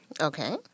Okay